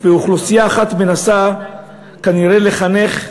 ואוכלוסייה אחת מנסה כנראה לחנך בכוח,